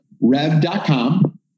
rev.com